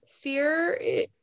fear